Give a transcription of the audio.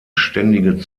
ständige